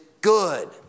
good